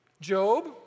Job